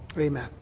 Amen